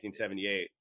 1978